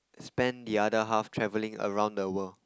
spend the other half travelling around the world